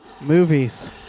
Movies